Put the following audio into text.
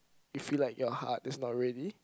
you feel like your heart is not ready